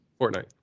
Fortnite